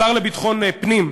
השר לביטחון פנים,